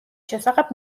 შესახებ